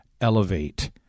elevate